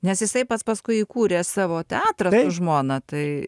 nes jisai pats paskui įkūrė savo žmona tai